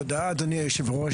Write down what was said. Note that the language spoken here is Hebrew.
תודה אדוני היו"ר,